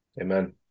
Amen